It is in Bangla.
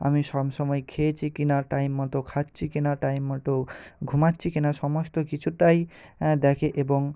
আমি সবসময়ই খেয়েছি কি না টাইমমতো খাচ্ছি কি না টাইমমতো ঘুমাচ্ছি কি না সমস্ত কিছুটাই দেখে এবং